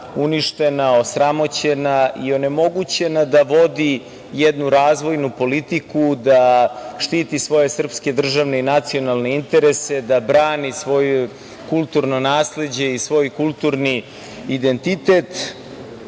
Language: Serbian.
uništena, osramoćena i onemogućena da vodi jednu razvojnu politiku, da štiti svoje srpske državne i nacionalne interese, da brani svoju kulturno nasleđe i svoj kulturni identitet.